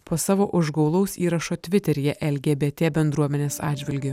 po savo užgaulaus įrašo tviteryje lgbt bendruomenės atžvilgiu